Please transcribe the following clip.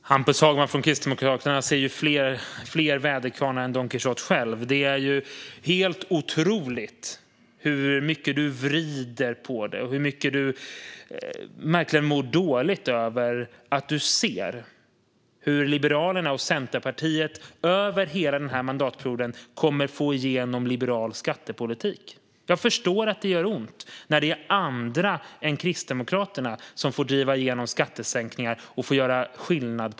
Fru talman! Hampus Hagman från Kristdemokraterna ser fler väderkvarnar än Don Quijote själv. Det är helt otroligt hur mycket du vrider på det och hur dåligt du verkar må när du ser att Liberalerna och Centerpartiet under hela denna mandatperiod kommer att få igenom liberal skattepolitik, Hampus Hagman. Jag förstår att det gör ont när andra än Kristdemokraterna får driva igenom skattesänkningar och på riktigt får göra skillnad.